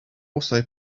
also